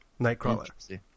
Nightcrawler